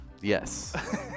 Yes